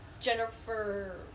Jennifer